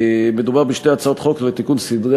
חוק ומשפט שתי הצעות חוק לתיקון סדרי